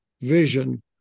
vision